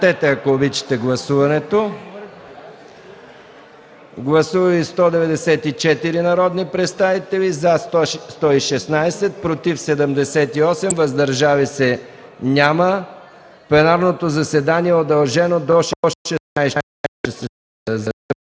режим на гласуване. Гласували 194 народни представители: за 116, против 78, въздържали се няма. Пленарното заседание е удължено до 16,00